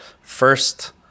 first